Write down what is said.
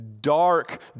dark